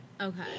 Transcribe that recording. Okay